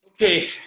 Okay